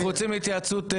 להתייעצות סיעתית,